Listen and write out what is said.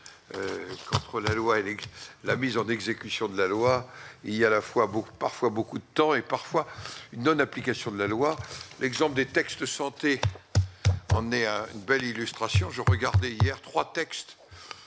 entre la loi et l'la mise en exécution de la loi, il à la fois beau. Parfois beaucoup de temps et parfois une non application de la loi, l'exemple des textes santé on est une belle illustration je regardais hier 3 textes